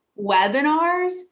webinars